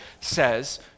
says